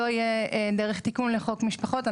דרך תיקון חוק משפחות.